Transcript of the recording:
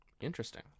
Interesting